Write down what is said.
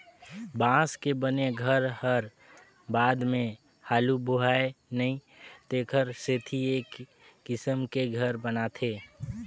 बांस के बने घर हर बाद मे हालू बोहाय नई तेखर सेथी ए किसम के घर बनाथे